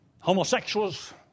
homosexuals